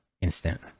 Instant